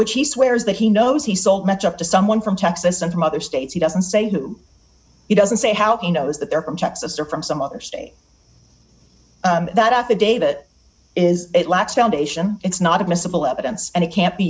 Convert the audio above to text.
which he swears that he knows he saw match up to someone from texas and from other states he doesn't say he doesn't say how he knows that they're from texas or from some other state that affidavit is it lacks foundation it's not admissible evidence and it can't be